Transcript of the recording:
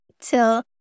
till